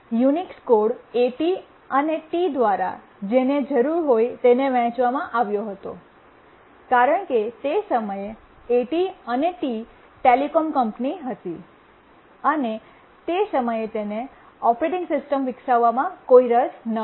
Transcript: Unix code AT અને T દ્વારા જેની જરૂર હોય તેને વહેંચવામાં આવ્યો હતો કારણ કે તે સમયે એટી અને ટી ટેલિકોમ કંપની હતી અને તે સમયે તે સમયે તેને ઓપરેટિંગ સિસ્ટમ વિકસાવવામાં કોઈ રસ નહોતો